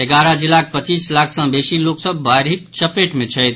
एगारह जिलाक पचीस लाख सॅ बेसी लोकसभ बाढ़िक चपेट मे छथि